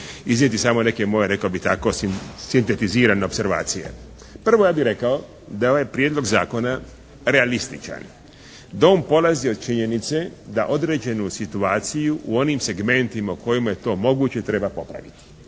iznijeti samo neke moje rekao bih tako, sintetizirane opservacije. Prvo, ja bi rekao da je ovaj prijedlog zakona realističan. Da on polazi od činjenice da određenu situaciju u onim segmentima u kojima je to moguće treba popraviti.